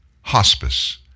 hospice